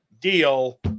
deal